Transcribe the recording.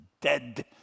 dead